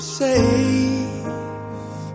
safe